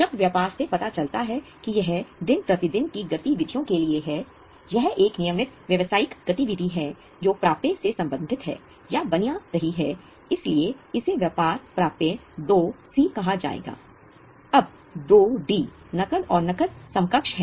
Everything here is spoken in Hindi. शब्द व्यापार से पता चलता है कि यह दिन प्रतिदिन की गतिविधियों के लिए है यह एक नियमित व्यावसायिक गतिविधि है जो प्राप्य से संबंधित है या बना रही है इसलिए इसे व्यापार प्राप्य 2 नकद और नकद समकक्ष है